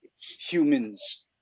humans